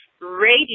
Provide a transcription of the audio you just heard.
radio